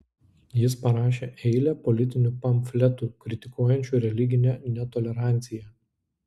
jis parašė eilę politinių pamfletų kritikuojančių religinę netoleranciją